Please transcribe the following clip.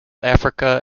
africa